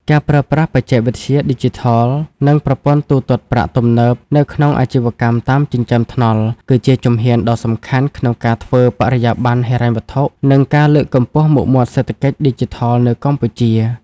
ការប្រើប្រាស់បច្ចេកវិទ្យាឌីជីថល និងប្រព័ន្ធទូទាត់ប្រាក់ទំនើបនៅក្នុងអាជីវកម្មតាមចិញ្ចើមថ្នល់ គឺជាជំហានដ៏សំខាន់ក្នុងការធ្វើបរិយាបន្នហិរញ្ញវត្ថុ និងការលើកកម្ពស់មុខមាត់សេដ្ឋកិច្ចឌីជីថលនៅកម្ពុជា។